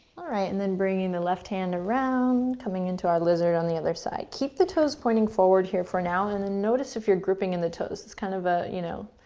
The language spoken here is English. and then bringing the left hand around, coming into our lizard on the other side. keep the toes pointing forward, here, for now and then notice if you're gripping in the toes. it's kind of a, you know.